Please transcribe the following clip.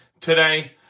today